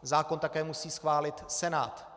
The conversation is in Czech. Zákon také musí schválit Senát.